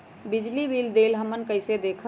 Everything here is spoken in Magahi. बिजली बिल देल हमन कईसे देखब?